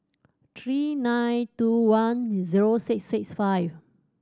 three nine two one zero six six five